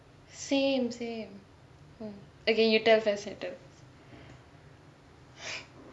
same same okay you tell first you tell first